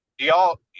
y'all